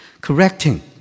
Correcting